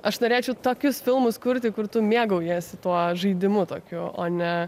aš norėčiau tokius filmus kurti kur tu mėgaujiesi tuo žaidimu tokiu o ne